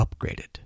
upgraded